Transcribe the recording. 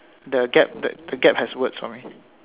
the gap the the gap has words for me